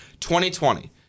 2020